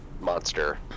monster